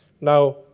Now